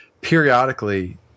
periodically